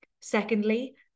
Secondly